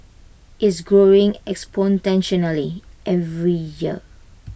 it's growing exponentially every year